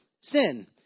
sin